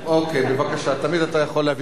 תמיד אתה יכול להביא הצעת חוק ממשלתית,